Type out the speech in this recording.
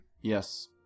Yes